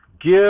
Give